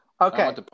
Okay